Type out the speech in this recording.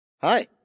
Hi